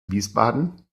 wiesbaden